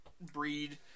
breed